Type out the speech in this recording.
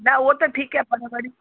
न उहो त ठीकु आहे पर वरी